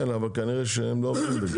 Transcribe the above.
כן, אבל כנראה שהם לא טובים בזה.